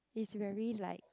is very like